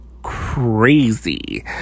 crazy